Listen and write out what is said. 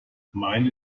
meine